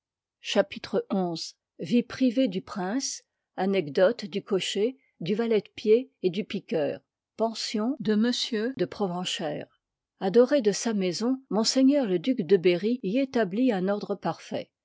chapitre xi ijprivfe du prince anecdotes du cocher du valet de pied et du piqueur pefision de m de proten cher adoré de sa maison m le duc de beny y établit un ordre parfait